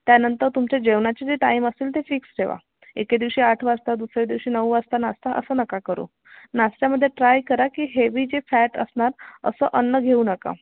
त्यानंतर तुमच्या जेवणाचे जे टाईम असतील ते फिक्स ठेवा एके दिवशी आठ वाजता दुसऱ्या दिवशी नऊ वाजता नाश्ता असं नका करू नाश्त्यामध्ये ट्राय करा की हेवी जे फॅट असणार असं अन्न घेऊ नका